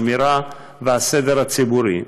השמירה והסדר הציבורי.